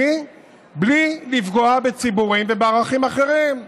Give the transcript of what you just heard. בלי לפגוע בציבורים ובערכים אחרים.